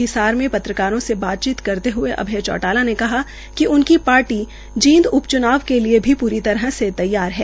हिसार में पत्रकारों से बातचीत करते हए अभय चौटाला ने कहा कि उनकी पार्टी जींद उपच्नाव के लिए भी पूरी तरह से तैयार है